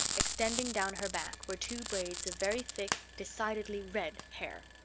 extending down her back, were two braids of very thick, decidedly red hair.